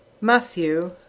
Matthew